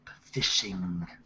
fishing